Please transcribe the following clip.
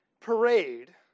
parade